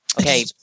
Okay